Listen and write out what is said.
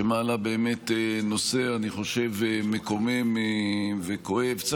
שמעלה באמת נושא מקומם וכואב, אני חושב.